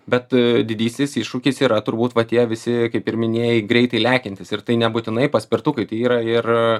bet didysis iššūkis yra turbūt va tie visi kaip ir minėjai greitai lekiantys ir tai nebūtinai paspirtukai tai yra ir